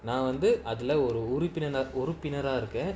நான்வந்துஅதுலஉறுப்பினர்உறுப்பினராஇருக்கேன்:nan vandhu adhula urupinar urupinara iruken